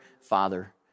Father